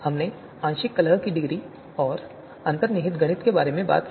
हमने आंशिक कलह की डिग्री और अंतर्निहित गणित के बारे में बात की